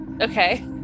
Okay